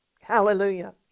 Hallelujah